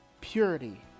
purity